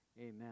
Amen